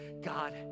God